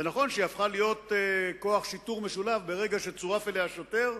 זה נכון שהיא הפכה להיות כוח שיטור משולב ברגע שצורף אליה שוטר,